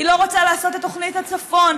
היא לא רוצה לעשות את תוכנית הצפון,